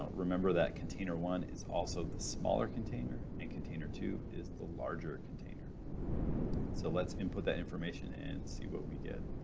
remember that container one is also the smaller container and container two is the larger container so let's input that information and see what we get.